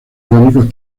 iónicos